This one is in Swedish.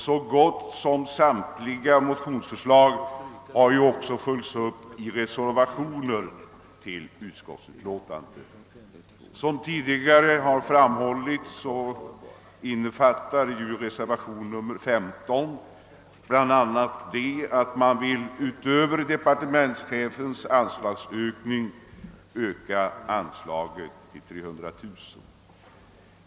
Så gott som samtliga motionsförslag har ju också följts upp i reservationer till utskottsutlåtandet. Såsom tidigare framhållits innefattar reservationen 15 bl.a. önskemål om ett med 300 000 kronor i förhållande till Kungl. Maj:ts förslag höjt anslag.